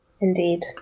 Indeed